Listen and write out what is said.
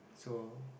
so